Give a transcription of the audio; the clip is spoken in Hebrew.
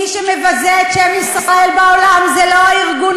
ומי שמגן עליו, מגן